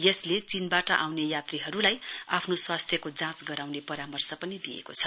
यसले चीनबाट आउने यात्रीहरुलाई आफ्नो स्वास्थ्य जाँच गराउने परामर्श पनि दिएको छ